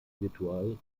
virtual